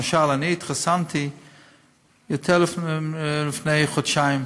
למשל, אני התחסנתי לפני חודשיים,